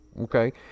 Okay